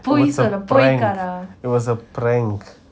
it was prank it was a prank